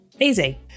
easy